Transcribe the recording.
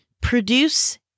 Produce